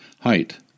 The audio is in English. Height